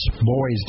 Boys